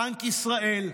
בנק ישראל,